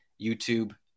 YouTube